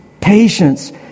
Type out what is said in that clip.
patience